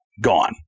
gone